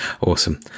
Awesome